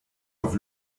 auf